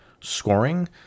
scoring